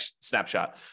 snapshot